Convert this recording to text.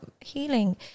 healing